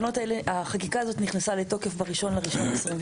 החקיקה הזאת נכנסה לתוקף ב-1 בינואר 2023